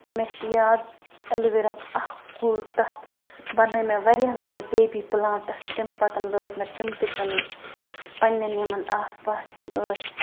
مےٚ چھِ یاد اٮ۪لو ویراہُکھ اکھ کُل تَتھ بنٲے مےٚ واریاہ واریاہ بیبی پٕلانٛٹٕس تَمۍ پَتَن لٲگۍ مےٚ تِم تہِ کٕنٕنۍ پنٛنٮ۪ن یِمَن آس پاس یِم ٲسۍ